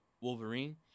Wolverine